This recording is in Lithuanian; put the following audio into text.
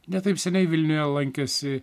ne taip seniai vilniuje lankėsi